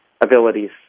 abilities